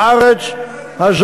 יש לנו,